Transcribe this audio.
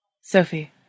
Sophie